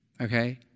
Okay